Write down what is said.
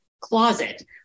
closet